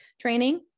training